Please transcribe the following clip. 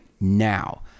now